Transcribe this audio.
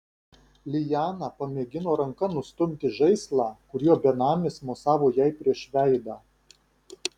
liana pamėgino ranka nustumti žaislą kuriuo benamis mosavo jai prieš veidą